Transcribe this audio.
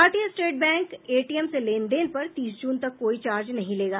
भारतीय state bank ATM से लेन देन पर तीस जून तक कोई चार्ज नहीं लेगा